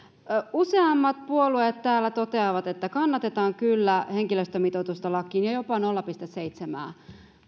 useammat puolueet täällä toteavat että kannatetaan kyllä henkilöstömitoitusta lakiin ja jopa nolla pilkku seitsemää